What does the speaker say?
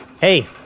Hey